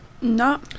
No